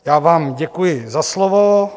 Já vám děkuji za slovo.